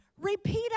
Repeat